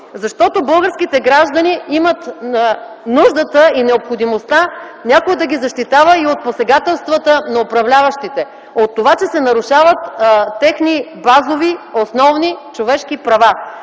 защото българските граждани имат нуждата и необходимостта някой да ги защитава и от посегателствата на управляващите – от това, че се нарушават техни базови, основни човешки права.